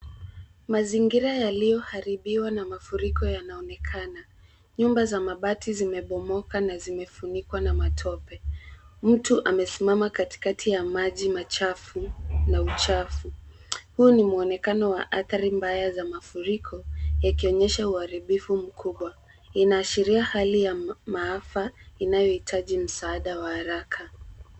Mazingira yaliyoharibiwa na mafuriko yanaonekana. Nyumba za mabati zimebomoka na zimefunikwa na matope. Mtu amesimama katikati ya maji machafu na uchafu. Huu ni muonekano wa athari mbaya za mafuriko yakionyesha uharibifu mkubwa. Inaashiria hali ya maafa inayohitaji msaada wa haraka.